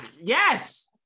Yes